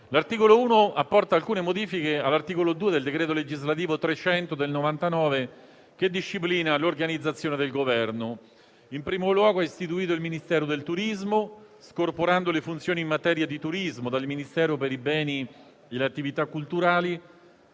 L'articolo 1 apporta alcune modifiche all'articolo 2 del decreto legislativo n. 300 del 1999, che disciplina l'organizzazione del Governo. In primo luogo è istituito il Ministero del turismo, scorporando le funzioni in materia di turismo dal Ministero per i beni e le attività culturali